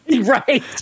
Right